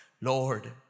Lord